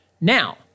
Now